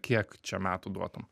kiek čia metų duotum